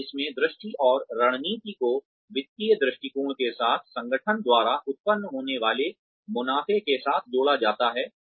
और इसमें दृष्टि और रणनीति को वित्तीय दृष्टिकोण के साथ संगठन द्वारा उत्पन्न होने वाले मुनाफे के साथ जोड़ा जाता है